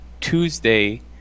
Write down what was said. tuesday